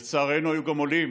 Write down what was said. לצערנו, היו גם עולים